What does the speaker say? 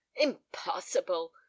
Impossible